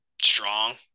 Strong